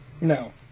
No